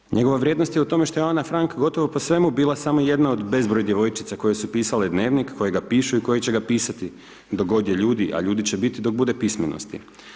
Dakle, njegova vrijednost je u tome što je Ana Frank, gotovo po svemu bila samo jedna od bezbroj djevojčica, koje su pisale dnevnik, koje ga pišu i koje će ga pisati, dok god je ljudi, a ljudi će biti dok bude pismenosti.